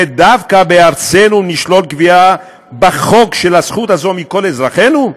ודווקא בארצנו נשלול קביעה בחוק של הזכות הזאת מכל אזרחינו?